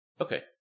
okay